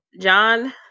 John